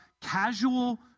casual